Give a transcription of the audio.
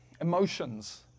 emotions